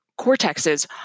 cortexes